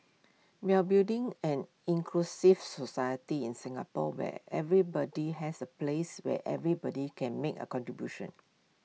we are building an inclusive society in Singapore where everybody has A place where everybody can make A contribution